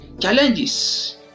Challenges